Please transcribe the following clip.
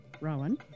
Rowan